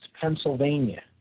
Pennsylvania